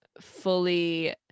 fully